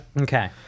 okay